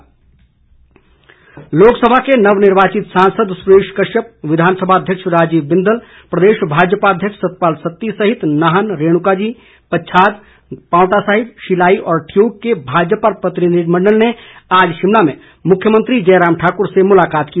भेंट लोकसभा के नवनिर्वाचित सांसद सुरेश कश्यप विधानसभा अध्यक्ष राजीव बिंदल प्रदेश भाजपा अध्यक्ष सतपाल सत्ती सहित नाहन रेणुका जी पच्छाद पावंटा साहिब शिलाई और ठियोग के भाजपा प्रतिनिधिमंडल ने आज शिमला में मुख्यमंत्री जयराम ठाकुर से मुलाकात की